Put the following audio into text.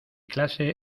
clase